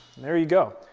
there you go.